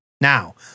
Now